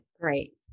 great